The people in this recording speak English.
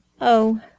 Oh